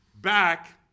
Back